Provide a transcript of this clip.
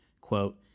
Quote